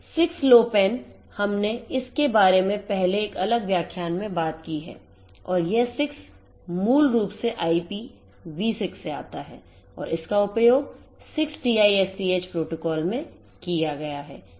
6 Low PANहमने इसके बारे में पहले एक अलग व्याख्यान में बात की है और यह 6 मूल रूप से IPV6 से आता है और इसका उपयोग 6TiSCH प्रोटोकॉल में किया गया है